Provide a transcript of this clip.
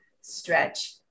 stretch